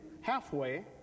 halfway